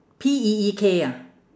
P E E K ah